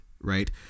right